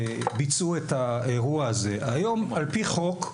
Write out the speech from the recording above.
ביצעו את האירוע הזה היום על פי חוק,